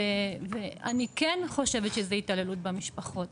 ואני כן חושבת שזו התעללות במשפחות.